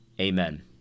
Amen